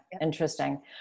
Interesting